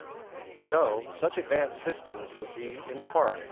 so, such advanced systems would be, in part,